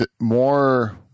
more –